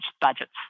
budgets